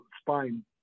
spine